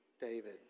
David